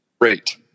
great